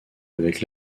avec